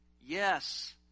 Yes